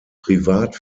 privat